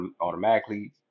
automatically